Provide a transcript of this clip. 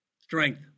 strength